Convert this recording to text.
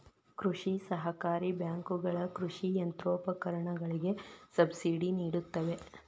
ಕೃಷಿ ಸಹಕಾರಿ ಬ್ಯಾಂಕುಗಳ ಕೃಷಿ ಯಂತ್ರೋಪಕರಣಗಳಿಗೆ ಸಬ್ಸಿಡಿ ನಿಡುತ್ತವೆ